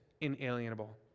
inalienable